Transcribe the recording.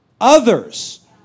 others